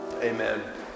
Amen